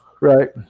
Right